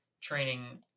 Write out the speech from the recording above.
training